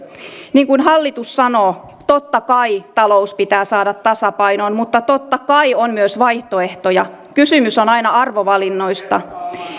niin kuin hallitus sanoo niin totta kai talous pitää saada tasapainoon mutta totta kai on myös vaihtoehtoja kysymys on aina arvovalinnoista